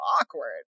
awkward